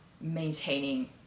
maintaining